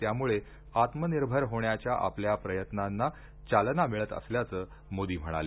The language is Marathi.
यामुळे आत्मनिर्भर होण्याच्या आपल्या प्रयत्नांना चालना मिळत असल्याचं ते म्हणाले